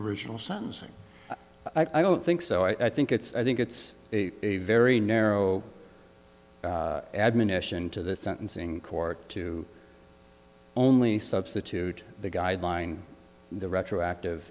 original sentencing i don't think so i think it's i think it's a very narrow admonition to the sentencing court to only substitute the guideline the retroactive